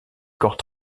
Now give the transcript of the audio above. corps